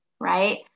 right